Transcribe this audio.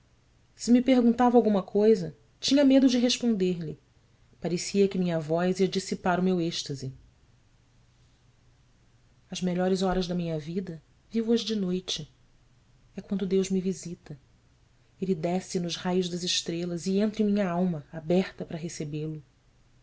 se me perguntava alguma coisa tinha medo de responder-lhe parecia que minha voz ia dissipar o meu êxtase s melhores horas da minha vida vivo as de noite é quando deus me visita ele desce nos raios das estrelas e entra em minha alma aberta para recebê-lo